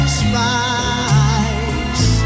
spice